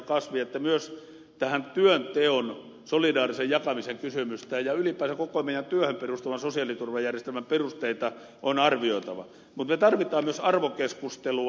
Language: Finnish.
kasvi että myös tämän työnteon solidaarisen jakamisen kysymystä ja ylipäänsä koko meidän työhön perustuvan sosiaaliturvajärjestelmän perusteita on arvioitava mutta me tarvitsemme myös arvokeskustelua